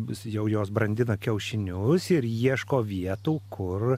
bus jau jos brandina kiaušinius ir ieško vietų kur